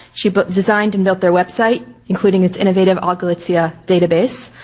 she but designed and built their website. including its innovative all galicia database.